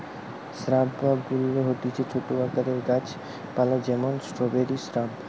shrub বা গুল্ম হতিছে ছোট আকারের গাছ পালা যেমন স্ট্রওবেরি শ্রাব